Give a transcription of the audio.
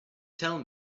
tell